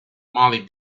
mollie